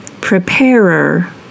preparer